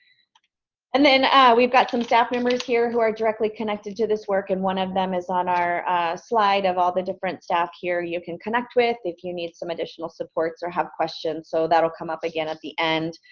and then we've got some staff members here who are directly connected to this work, and one of them is on our slide of all the different staff here you can connect with if you need some additional supports or have questions, so that will come up again at the end.